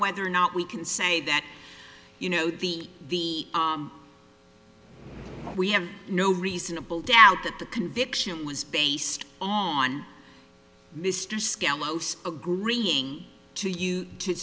whether or not we can say that you know the the we have no reasonable doubt that the conviction was based on mr skelos agreeing to you